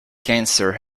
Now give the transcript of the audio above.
cancer